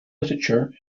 literature